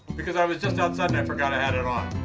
because i was just outside and i forgot i had it on.